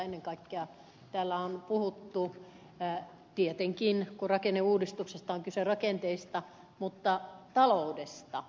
ennen kaikkea täällä on puhuttu kun rakenneuudistuksesta on kyse rakenteista ja taloudesta